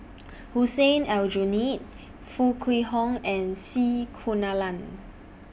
Hussein Aljunied Foo Kwee Horng and C Kunalan